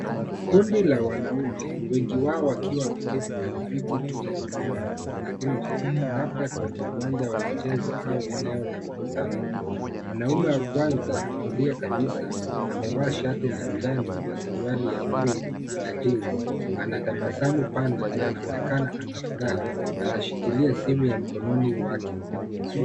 Kundi la wanaume wengi wao wakiwa wameketi katika kiti cha jukwaa la nje labda kwenye uwanja wa michezo au eneo la mkutano. Mwanaume wa kwanza kulia kabisa, amevaa shati la njano na suruali ya bluu, na jeans ana tabasamu pana na anaonekana ana furaha, anashikilia simu ya mkononi wake.